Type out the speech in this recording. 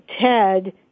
Ted